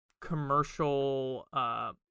commercial